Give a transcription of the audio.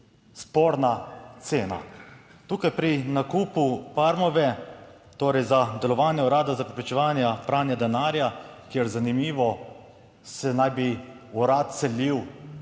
Sporna cena tukaj pri nakupu Parmove, torej za delovanje Urada za preprečevanje pranja denarja, kjer zanimivo, se naj bi urad selil